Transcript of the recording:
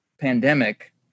pandemic